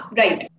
right